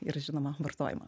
ir žinoma vartojimą